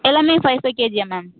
எல்லாமே five five கேஜியாக ma'am